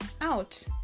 out